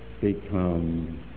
become